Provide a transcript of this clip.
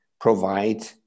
provide